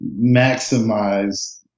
maximize